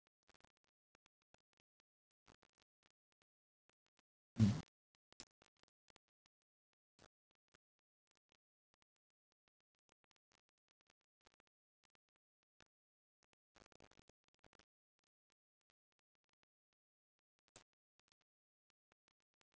mmhmm